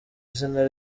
izina